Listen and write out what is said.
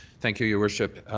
thank you, your worship.